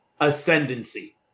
ascendancy